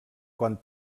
quan